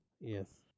Yes